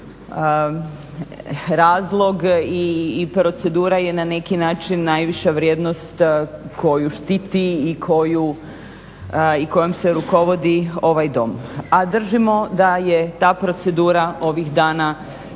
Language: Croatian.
razlog i procedura je na neki način najviša vrijednost koju štiti i kojom se rukovodi ovaj Dom. A držimo da je ta procedura ovih dana i ta